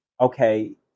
Okay